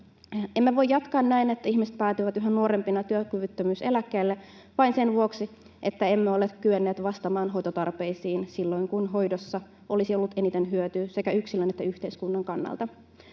Emme voi jatkaa näin, että ihmiset päätyvät yhä nuorempina työkyvyttömyyseläkkeelle vain sen vuoksi, että emme ole kyenneet vastaamaan hoitotarpeisiin silloin, kun hoidosta olisi ollut eniten hyötyä sekä yksilön että yhteiskunnan kannalta.